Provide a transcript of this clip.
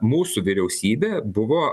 mūsų vyriausybė buvo